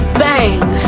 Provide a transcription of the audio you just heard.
bang